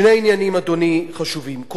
שני עניינים חשובים, אדוני.